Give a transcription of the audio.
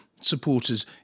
supporters